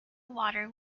water